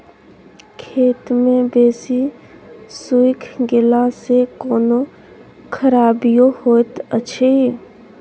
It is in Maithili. खेत मे बेसी सुइख गेला सॅ कोनो खराबीयो होयत अछि?